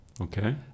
okay